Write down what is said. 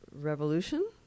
revolution